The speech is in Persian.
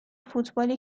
فوتبالی